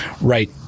right